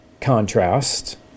contrast